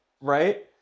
Right